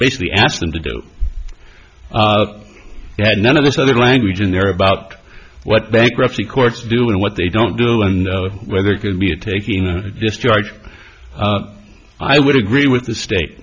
basically asked them to do they had none of this other language in there about what bankruptcy courts do and what they don't do and whether it could be a taking a discharge i would agree with the state